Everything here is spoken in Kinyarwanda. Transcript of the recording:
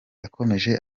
yakomeje